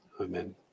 Amen